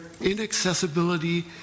inaccessibility